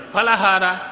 Palahara